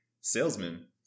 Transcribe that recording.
salesman